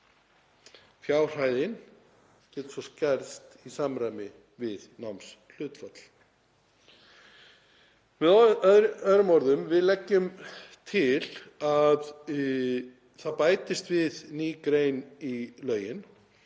Fjárhæðin geti svo skerst í samræmi við námshlutfall. Með öðrum orðum, við leggjum til að það bætist við ný grein í lögin,